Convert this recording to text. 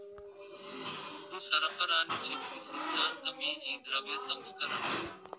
దుడ్డు సరఫరాని చెప్పి సిద్ధాంతమే ఈ ద్రవ్య సంస్కరణ